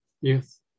Yes